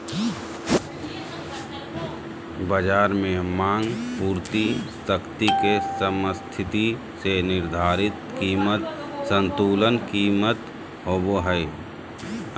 बज़ार में मांग पूर्ति शक्ति के समस्थिति से निर्धारित कीमत संतुलन कीमत होबो हइ